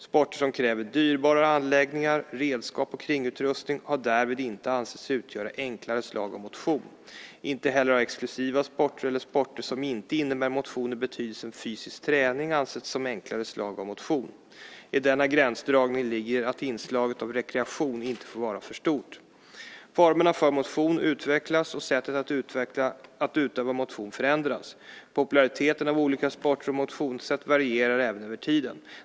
Sporter som kräver dyrbarare anläggningar, redskap och kringutrustning har därvid inte ansetts utgöra enklare slag av motion. Inte heller har exklusiva sporter eller sporter som inte innebär motion i betydelsen fysisk träning ansetts som enklare slag av motion. I denna gränsdragning ligger att inslaget av rekreation inte får vara för stort. Formerna för motion utvecklas, och sättet att utöva motion förändras. Populariteten av olika sporter och motionssätt varierar även över tiden.